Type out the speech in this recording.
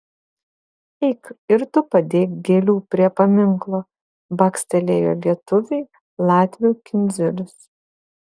eik ir tu padėk gėlių prie paminklo bakstelėjo lietuviui latvių kindziulis